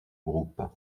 groupe